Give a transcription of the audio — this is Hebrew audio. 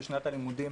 ששנת הלימודים